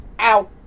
Ow